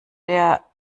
der